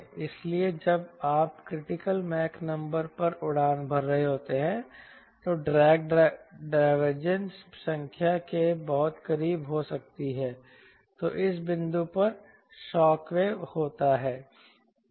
इसलिए जब आप क्रिटिकल मैक नंबर पर उड़ान भर रहे होते हैं जो ड्रैग डाइवरेज संख्या के बहुत करीब हो सकती है तो इस बिंदु पर शॉक वेव होता है